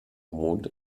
mond